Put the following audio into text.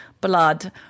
blood